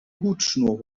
hutschnur